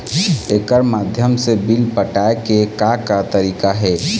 एकर माध्यम से बिल पटाए के का का तरीका हे?